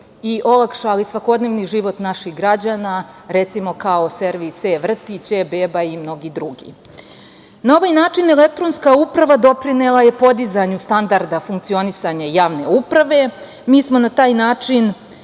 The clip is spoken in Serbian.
i olakšali svakodnevni život naših građana, kao servis e-vrtić, e-beba i mnogi drugi. Na ovaj način elektronska uprava doprinela je podizanju standarda funkcionisanja javne uprave. Mi smo na taj način